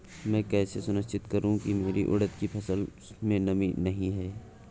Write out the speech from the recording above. मैं कैसे सुनिश्चित करूँ की मेरी उड़द की फसल में नमी नहीं है?